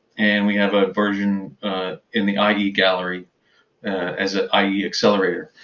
and we have ah version in the ie gallery as an ie accelerator.